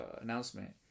announcement